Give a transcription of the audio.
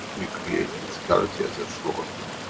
you create physicality as a floor here.